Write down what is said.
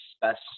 best